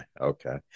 okay